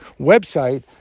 website